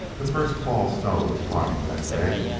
the first fall snow was flying that day,